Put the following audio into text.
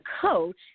coach